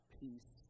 peace